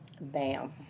Bam